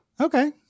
Okay